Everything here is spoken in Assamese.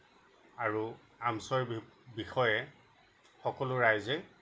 আৰু আমছৈৰ বিষয়ে সকলো ৰাইজেই